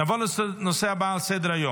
נעבור לנושא הבא על סדר-היום: